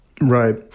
Right